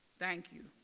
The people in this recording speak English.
thank you.